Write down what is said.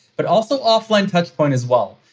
but also offline touchpoint as well.